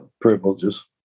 privileges